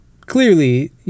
clearly